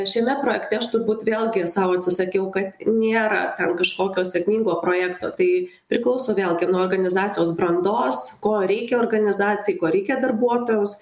šiame projekte aš turbūt vėlgi sau atsisakiau kad nėra ten kažkokio sėkmingo projekto tai priklauso vėlgi nuo organizacijos brandos ko reikia organizacijai ko reikia darbuotojams